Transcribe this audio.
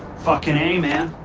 fucking a, man.